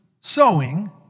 sowing